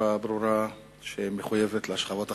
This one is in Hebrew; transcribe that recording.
והשקפה ברורה שמחויבת לשכבות החלשות.